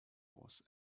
was